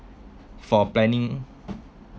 for planning